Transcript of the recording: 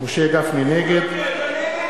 נגד גפני, אתה נגד?